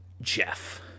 Jeff